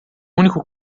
único